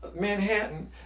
Manhattan